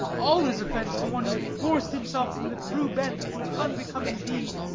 all is offence to one who hath forced himself from the true bent to an unbecoming deed.